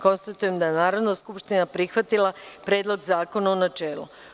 Konstatujem da je Narodna skupština prihvatila Predlog zakona u načelu.